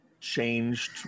changed